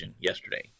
yesterday